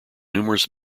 numerous